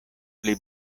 pli